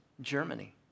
Germany